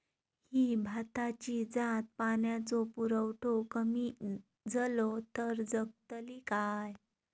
ही भाताची जात पाण्याचो पुरवठो कमी जलो तर जगतली काय?